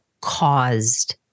caused